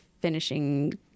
finishing